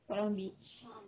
palawan beach